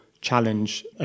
challenge